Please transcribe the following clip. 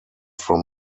from